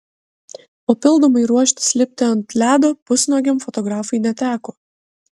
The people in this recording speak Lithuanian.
papildomai ruoštis lipti ant ledo pusnuogiam fotografui neteko